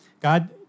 God